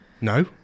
no